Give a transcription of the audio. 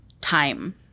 time